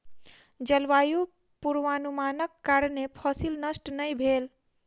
जलवायु पूर्वानुमानक कारणेँ फसिल नष्ट नै भेल